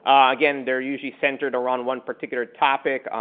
um again, they're usually centered around one particular topic,